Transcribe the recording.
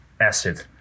acid